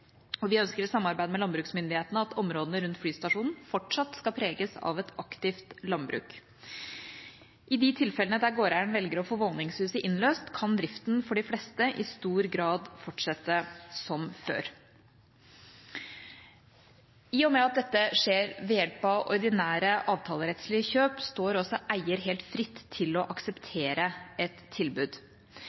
viktig. Vi ønsker i samarbeid med landbruksmyndighetene at områdene rundt flystasjonen fortsatt skal preges av et aktivt landbruk. I de tilfellene der gårdeieren velger å få våningshuset innløst, kan driften for de fleste i stor grad fortsette som før. I og med at dette skjer ved hjelp av ordinære avtalerettslige kjøp, står også eier helt fritt til å akseptere et tilbud.